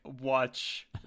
watch